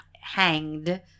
hanged